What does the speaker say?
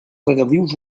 regadius